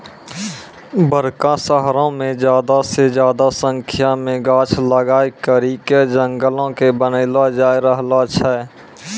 बड़का शहरो मे ज्यादा से ज्यादा संख्या मे गाछ लगाय करि के जंगलो के बनैलो जाय रहलो छै